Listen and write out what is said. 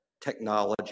technology